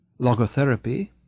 Logotherapy